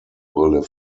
brille